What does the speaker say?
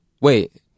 Wait